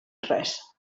res